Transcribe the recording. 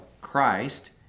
Christ